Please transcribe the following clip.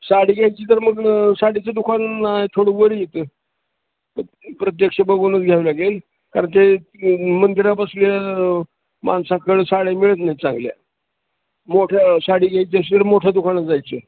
साडी घ्यायची तर मग साडीचं दुकान थोडं वर येतं प्र प्रत्यक्ष बघूनच घ्यावं लागेल कारण ते मंदिरात बसल्या माणसाकडे साड्या मिळत नाही चांगल्या मोठ्या साडी घ्यायच्या असं मोठ्या दुकानात जायचं